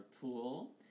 pool